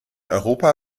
europa